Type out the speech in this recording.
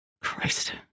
Christ